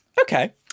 Okay